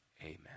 amen